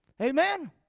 Amen